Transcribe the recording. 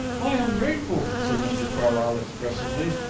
i am grateful, said mr carlyle expressively.